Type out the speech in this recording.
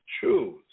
choose